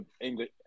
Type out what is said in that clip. English